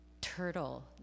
turtle